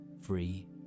free